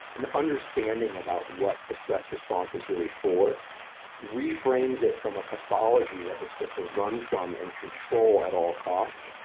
an understanding about what the stress response is really for reframes it from a pathology that we're supposed to run from and control at all costs,